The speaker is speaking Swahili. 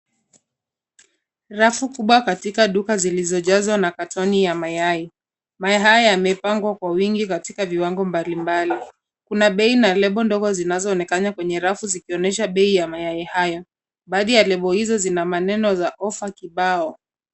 Rafu kubwa katika duka zilizojazwa na katoni ya mayai. Mayai haya yamepangwa kwa wingi katika viwango mbalimbali. Kuna bei na label ndogo zinazoonekana kwenye rafu zikionyesha bei ya mayai hayo. Baadhi ya label hizo zina maneno za offer kibao.